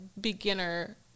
beginner